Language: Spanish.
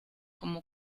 como